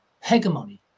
hegemony